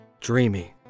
Dreamy